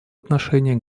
отношении